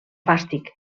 fàstic